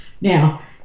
Now